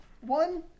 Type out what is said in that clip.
one